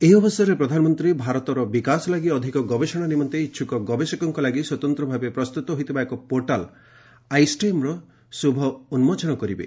ଏହି ଅବସରରେ ପ୍ରଧାନମନ୍ତ୍ରୀ ଭାରତର ବିକାଶ ଲାଗି ଅଧିକ ଗବେଷଣା ନିମନ୍ତେ ଇଚ୍ଛକ ଗବେଷକଙ୍କ ଲାଗି ସ୍ୱତନ୍ତ୍ର ଭାବେ ପ୍ରସ୍ତୁତ ହୋଇଥିବା ଏକ ପୋର୍ଟାଲ୍ ଆଇ ଷ୍ଟେମ୍ର ଶୁଭ ଉନ୍କୋଚନ କରିବେ